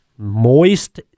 moist